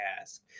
ask